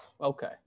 Okay